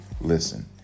Listen